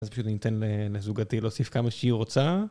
אז פשוט ניתן לזוגתי להוסיף כמה שהיא רוצה.